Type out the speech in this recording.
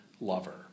lover